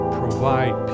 provide